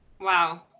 Wow